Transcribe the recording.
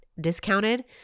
discounted